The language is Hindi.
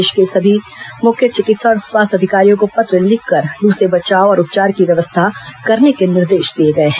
प्रदेश के सभी मुख्य चिकित्सा और स्वास्थ्य अधिकारियों को पत्र लिखकर लू से बचाव और उपचार की व्यवस्था करने के निर्देश दिए गए हैं